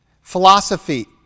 philosophy